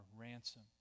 ransom